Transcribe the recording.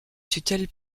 tutelle